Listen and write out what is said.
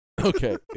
Okay